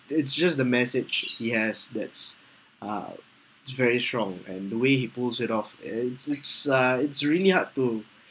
it's just the message he has that's uh is very strong and the way he pulls it off and it's uh it's really hard to